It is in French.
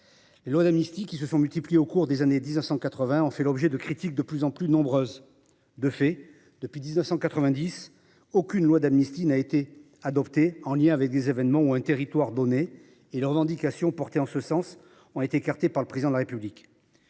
Les lois d’amnistie, qui se sont multipliées au cours des années 1980, ont été l’objet de critiques de plus en plus nombreuses. De fait, depuis 1990, aucune loi d’amnistie n’a plus été adoptée en lien avec des événements ou un territoire donné, et les revendications portées en ce sens ont été écartées par le Président de la République.